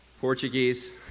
Portuguese